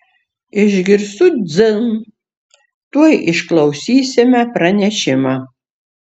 išgirstu dzin tuoj išklausysime pranešimą